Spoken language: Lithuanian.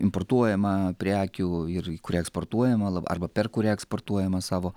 importuojama prekių ir į kurią eksportuojama lab arba per kurią eksportuojama savo